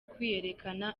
kwiyerekana